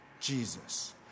Jesus